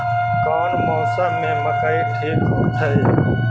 कौन मौसम में मकई ठिक होतइ?